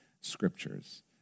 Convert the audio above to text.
scriptures